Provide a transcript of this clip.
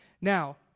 Now